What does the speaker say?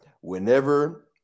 Whenever